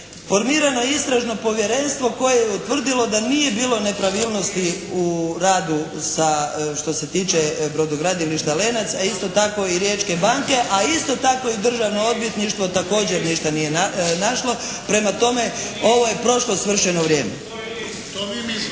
Formirano je Istražno povjerenstvo koje je utvrdilo da nije bilo u nepravilnosti u radu sa što se tiče brodogradilišta "Lenac", a isto tako i Riječke banke, a isto tako i Državno odvjetništvo također ništa nije našlo. Prema tome, ovo je prošlo svršeno vrijeme. **Bebić,